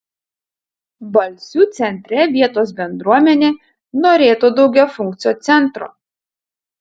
balsių centre vietos bendruomenė norėtų daugiafunkcio centro